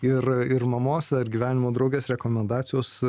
ir ir mamos ar gyvenimo draugės rekomendacijos